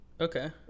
Okay